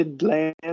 land